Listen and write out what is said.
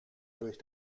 durch